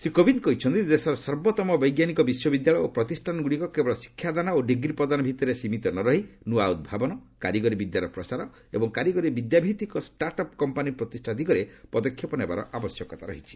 ସେ କହିଛନ୍ତି ଦେଶର ସର୍ବୋଭମ ବୈଜ୍ଞାନିକ ବିଶ୍ୱବିଦ୍ୟାଳୟ ଓ ପ୍ରତିଷ୍ଠାନ ଗୁଡ଼ିକ କେବଳ ଶିକ୍ଷାଦାନ ଓ ଡିଗ୍ରୀ ପ୍ରଦାନ ଭିତରେ ସୀମିତ ନରହି ନୂଆ ଉଦ୍ଭାବନ କାରିଗରୀ ବିଦ୍ୟାର ପ୍ରସାର ଏବଂ କାରିଗରୀ ବିଦ୍ୟାଭିତ୍ତିକ ଷ୍ଟାର୍ଟଅପ୍ କମ୍ପାନୀ ପ୍ରତିଷ୍ଠା ଦିଗରେ ପଦକ୍ଷେପ ନେବାର ଆବଶ୍ୟକତା ରହିଛି